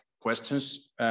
questions